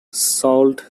sault